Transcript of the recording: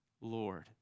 Lord